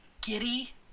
giddy